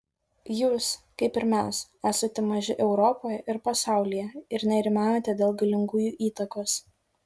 jūs kaip ir mes esate maži europoje ir pasaulyje ir nerimaujate dėl galingųjų įtakos